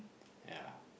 ya